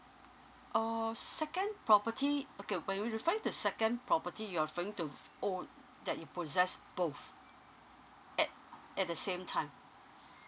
oh second property okay when you were you were referring second property you're referring to f~ all that you possess both at at the same time